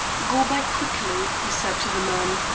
go back quickly, he said to the man,